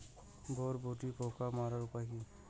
বরবটির পোকা মারার উপায় কি?